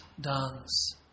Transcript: dance